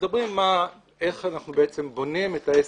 מדברים איך אנחנו בעצם בונים את ה-SDGs,